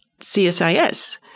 CSIS